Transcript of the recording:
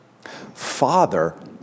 Father